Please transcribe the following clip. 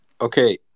Okay